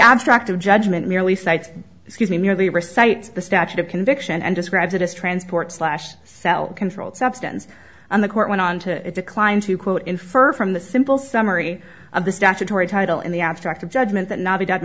abstract of judgment merely cites excuse me merely recite the statute of conviction and describes it as transport slash cell controlled substance and the court went on to decline to quote infer from the simple summary of the statutory title in the abstract judgment that no